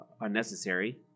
unnecessary